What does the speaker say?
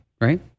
right